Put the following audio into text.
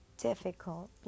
difficult